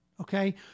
okay